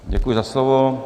Děkuji za slovo.